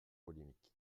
polémique